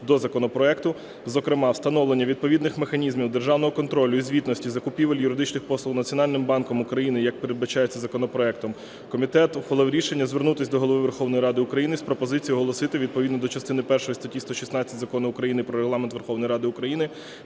до законопроекту, зокрема, встановлення відповідних механізмів державного контролю і звітності закупівель юридичних послуг Національним банком України, як передбачається законопроектом. Комітет ухвалив рішення звернутися до Голови Верховної Ради України з пропозицією оголосити відповідно до частини першої статті 116 Закону України "Про Регламент Верховної Ради України"